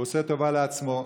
הוא עושה טובה לעצמו,